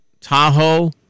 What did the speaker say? Tahoe